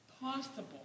Possible